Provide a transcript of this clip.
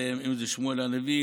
אם זה שמואל הנביא,